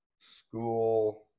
School